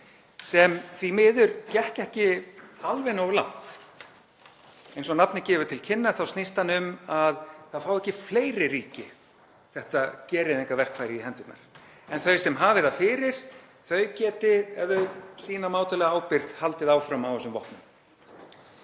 sem því miður gekk ekki alveg nógu langt. Eins og nafnið gefur til kynna snýst það um að það fái ekki fleiri ríki þetta gereyðingarverkfæri í hendurnar, en að þau sem hafi þau fyrir geti, ef þau sýna mátulega ábyrgð, haldið áfram á þessum vopnum.